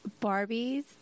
Barbies